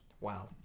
Wow